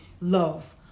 love